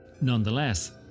nonetheless